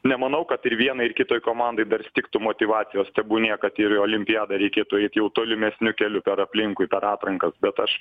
nemanau kad ir vienai ir kitai komandai dar stigtų motyvacijos tebūnie kad ir į olimpiadą reikėtų eit jau tolimesniu keliu per aplinkui per atrankas bet aš